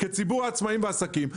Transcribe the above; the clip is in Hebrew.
כציבור העצמאים והעסקים,